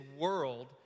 world